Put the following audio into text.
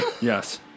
Yes